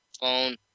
phone